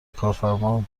کارفرما